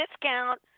discount